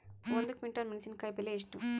ಒಂದು ಕ್ವಿಂಟಾಲ್ ಮೆಣಸಿನಕಾಯಿ ಬೆಲೆ ಎಷ್ಟು?